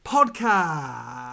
Podcast